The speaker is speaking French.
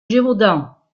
gévaudan